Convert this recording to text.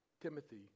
Timothy